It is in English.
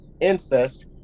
incest